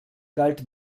galt